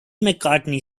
mccartney